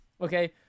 Okay